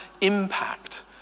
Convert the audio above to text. impact